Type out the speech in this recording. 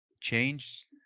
change